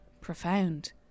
profound